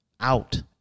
out